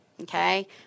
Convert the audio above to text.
Okay